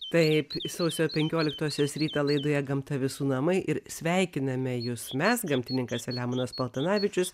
taip sausio penkioliktosios rytą laidoje gamta visų namai ir sveikiname jus mes gamtininkas selemonas paltanavičius